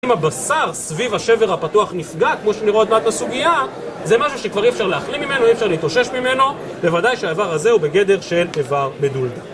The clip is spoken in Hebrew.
אם הבשר סביב השבר הפתוח נפגע, כמו שנראה עד מעט בסוגיה, זה משהו שכבר אי אפשר להחלים ממנו, אי אפשר להתאושש ממנו. בוודאי שהאבר הזה הוא בגדר של אבר מדולדל.